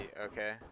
okay